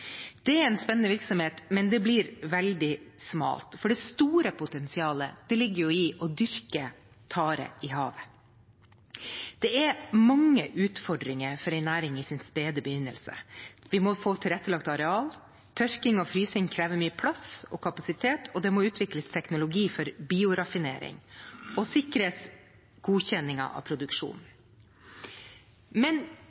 Det er en spennende virksomhet, men det blir smalt. Det store potensialet ligger i å dyrke tare i havet. Det er mange utfordringer for en næring i sin spede begynnelse. Vi må få tilrettelagt areal, tørking og frysing krever mye plass og kapasitet, og det må utvikles teknologi for bioraffinering og sikres godkjenning av produksjonen.